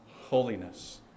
holiness